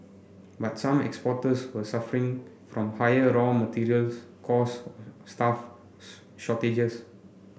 but some exporters were suffering from higher raw materials costs staffs shortages